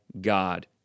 God